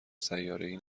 سیارهای